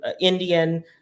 Indian